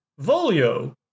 Volio